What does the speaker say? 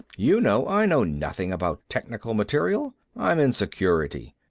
you know i know nothing about technical material. i'm in security.